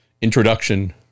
Introduction